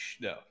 No